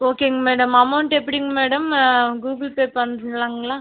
ஓகேங்க madam amount எப்படிங் madam ஆ கூகுள் பே பண்ணலாங்களாங்ளா